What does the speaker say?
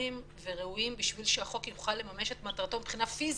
אפקטיביים וראויים בשביל שהחוק יוכל לממש את מטרתו מבחינה פיזית.